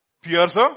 pierce